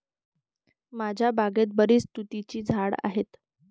माझ्या बागेत बरीच तुतीची झाडे आहेत